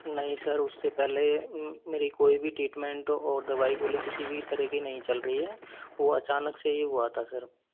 नहीं सर उससे पहले मेरी कोई भी ट्रीटमेंट और दवाई गोली किसी भी तरह की नहीं चल रही है वो अचानक से हुआ था सर